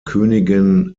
königin